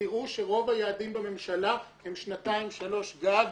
תראו שרוב היעדים בממשלה הם לשנתיים-שלוש גג.